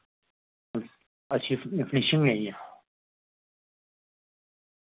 अच्छी फिनिशिंग निं आई ऐ